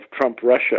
Trump-Russia